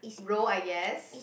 role I guess